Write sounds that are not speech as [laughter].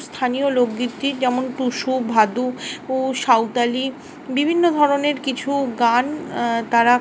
স্থানীয় লোকগীতি যেমন টুসু ভাদু [unintelligible] সাঁওতালি বিভিন্ন ধরনের কিছু গান তারা